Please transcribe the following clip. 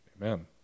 Amen